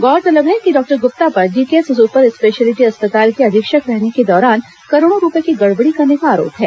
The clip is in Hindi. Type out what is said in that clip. गौरतलब है कि डॉक्टर गुप्ता पर डीकेएस सुपरस्पेशलिटी अस्पताल के अधीक्षक रहने के दौरान करोड़ों रुपये की गड़बड़ी करने का आरोप है